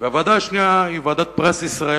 והוועדה השנייה היא ועדת פרס ישראל,